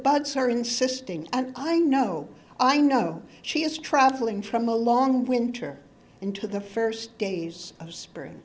buds are insisting and i know i know she is traveling from a long winter into the first days of spring